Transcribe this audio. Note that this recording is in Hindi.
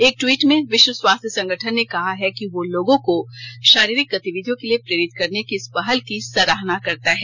एक ट्वीट में विश्व स्वास्थ्य संगठन ने कहा है कि वह लोगों को शारीरिक गतिविधियों के लिए प्रेरित करने की इस पहल की सराहना करता है